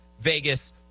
Vegas